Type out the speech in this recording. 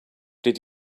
did